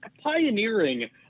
pioneering